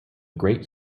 great